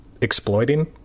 exploiting